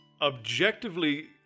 objectively